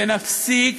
ונפסיק